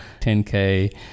10k